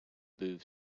booth